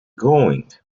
going